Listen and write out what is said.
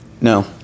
No